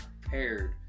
prepared